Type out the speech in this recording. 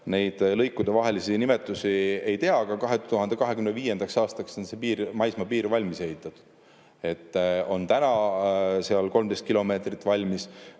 neid lõikudevahelisi nime[sid] täpselt ei tea, aga 2025. aastaks on see maismaapiir valmis ehitatud. Täna on seal 13 kilomeetrit valmis.